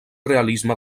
realisme